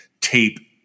tape